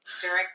Direct